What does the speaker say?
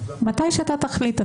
מתי שאתה תחליט.